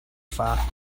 faak